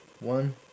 one